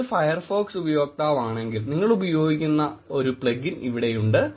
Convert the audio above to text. നിങ്ങൾ ഒരു ഫയർഫോക്സ് ഉപയോക്താവാണെങ്കിൽ നിങ്ങൾക്ക് ഉപയോഗിക്കാവുന്ന ഒരു പ്ലഗിൻ ഇവിടെയുണ്ട്